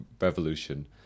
revolution